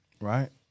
Right